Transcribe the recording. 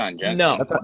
no